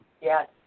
Yes